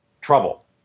trouble